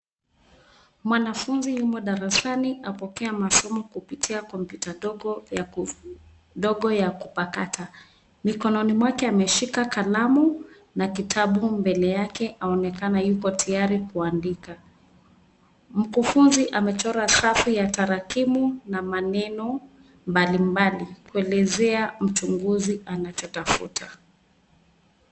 Mwanafunzi yumo darasani apokea masomo kupitia kompyuta dogo ya ku, dogo ya kupakata. Mikononi mwake ameshika kalamu, na kitabu mbele yake aonekana yuko tiyari kuandika. Mkufunzi amechora safu ya tarakimu na maneno mbalimbali kuelezea mchunguzi anachotafuta.